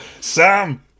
Sam